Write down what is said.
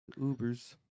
Ubers